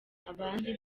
abandi